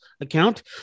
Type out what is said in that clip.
account